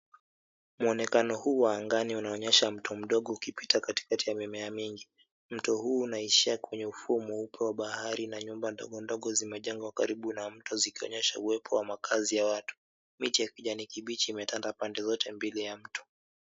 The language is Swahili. Muonekano huu wa angani unaonyesha mto mdogo ukipita katikati ya mimea mingi. Mto huu unaishia kwenye ufuo mweupe wa bahari na nyumba ndogo ndogo zimejengwa karibu na mto zikionyesha uwepo wa maakazi ya watu . Miche za kijani kibichi zimetanda upande zote mawili ya mto.